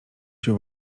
się